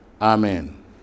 amen